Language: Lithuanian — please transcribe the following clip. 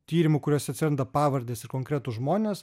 tyrimų kuriuose atsiranda pavardės ir konkretūs žmonės